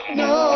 no